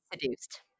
seduced